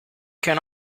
can